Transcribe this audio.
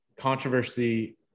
controversy